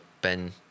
Ben